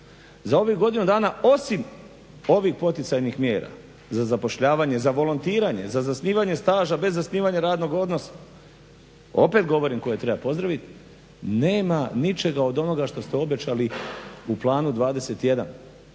za ovih godinu dana osim ovih poticajnih mjera za zapošljavanje, za volontiranje, za zasnivanje staža bez zasnivanja radnog odnosa, opet govorim koje treba pozdravit, nema ničega od onoga što ste obećali u Planu 21.